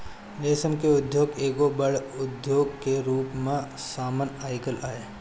रेशम के उद्योग एगो बड़ उद्योग के रूप में सामने आगईल हवे